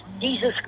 Jesus